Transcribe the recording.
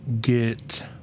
get